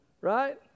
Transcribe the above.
Right